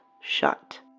shut